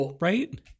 right